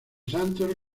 santos